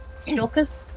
stalkers